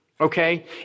okay